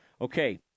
Okay